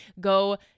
go